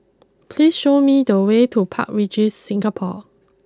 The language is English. please show me the way to Park Regis Singapore